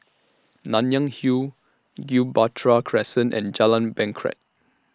Nanyang Hill Gibraltar Crescent and Jalan Bangket